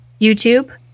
youtube